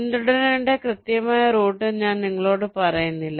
പിന്തുടരേണ്ട കൃത്യമായ റൂട്ട് ഞങ്ങൾ നിങ്ങളോട് പറയുന്നില്ല